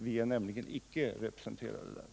Vi är nämligen icke representerde där.